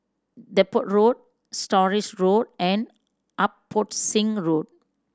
Depot Road Stores Road and Abbotsingh Road